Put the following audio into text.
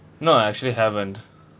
no I actually haven't